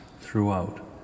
throughout